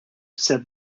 said